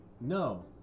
No